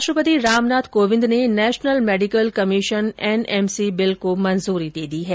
राष्ट्रपति रामनाथ कोविन्द ने national medical commission NMC bill को मंजूरी दे दी है